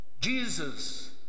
Jesus